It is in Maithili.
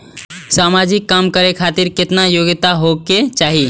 समाजिक काम करें खातिर केतना योग्यता होके चाही?